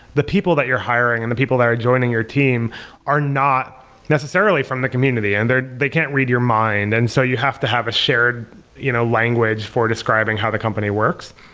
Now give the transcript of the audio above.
the people that you're hiring and the people that are joining your team are not necessarily from the community. and they can't read your mind, and so you have to have a shared you know language for describing how the company works.